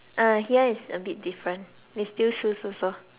uh here is a bit different they steal shoes also